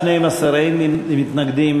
סעיף 1 נתקבל.